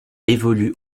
évolue